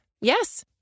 Yes